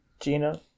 Gina